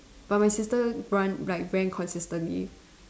but my sister run like ran consistently